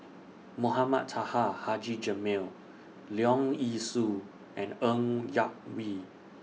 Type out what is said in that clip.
Mohamed Taha Haji Jamil Leong Yee Soo and Ng Yak Whee